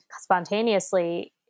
spontaneously